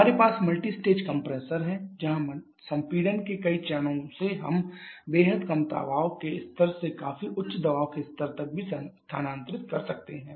हमारे पास multi stage compressor है जहां संपीड़न के कई चरणों से हम बेहद कम दबाव के स्तर से काफी उच्च दबाव के स्तर तक भी स्थानांतरित कर सकते हैं